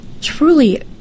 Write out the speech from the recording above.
truly